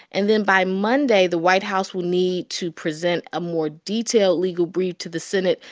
and then by monday, the white house will need to present a more detailed legal brief to the senate,